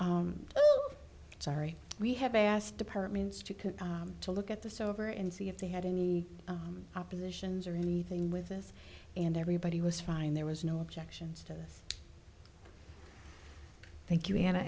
asked sorry we have asked departments to to look at this over and see if they had any oppositions or anything with us and everybody was fine there was no objections to this thank you an